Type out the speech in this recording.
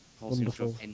wonderful